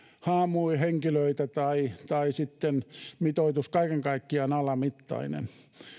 haamuhenkilöitä tai tai sitten mitoitus kaiken kaikkiaan alamittainen